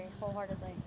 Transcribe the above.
wholeheartedly